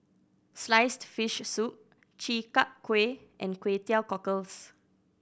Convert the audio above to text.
sliced fish soup Chi Kak Kuih and Kway Teow Cockles